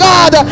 God